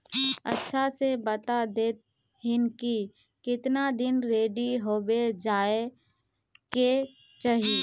अच्छा से बता देतहिन की कीतना दिन रेडी होबे जाय के चही?